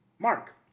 Mark